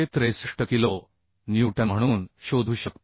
363किलो newton म्हणून शोधू शकतो